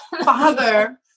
Father